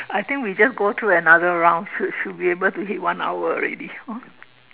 I think we just go through another round should should be able to hit one hour already hor